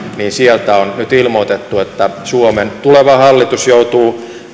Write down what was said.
niin sieltä on nyt ilmoitettu että suomen tuleva hallitus joutuu